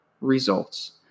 results